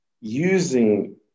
using